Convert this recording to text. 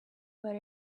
but